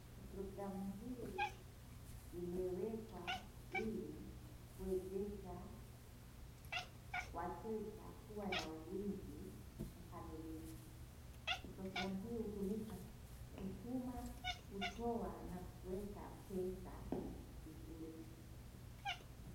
Programu hii imewekwa ili kuwezesha wateja kuwa na ulinzi kamilifu. Programu hii hutumika kutuma, kutoa na kueka pesa vizuri.